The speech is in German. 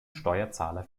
steuerzahler